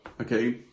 Okay